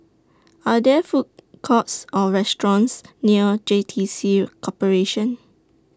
Are There Food Courts Or restaurants near J T C Corporation